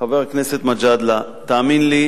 חבר הכנסת מג'אדלה, תאמין לי,